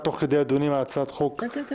תוך כדי הדיונים על הצעת חוק --- כן,